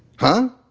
huh?